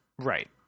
Right